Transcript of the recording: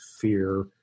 fear